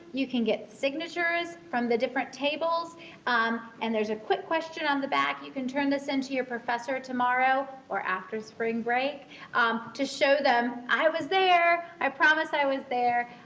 you can get signatures from the different tables and there's a quick question on the back. you can turn this this in to your professor tomorrow or after spring break to show them, i was there. i promise i was there.